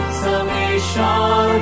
salvation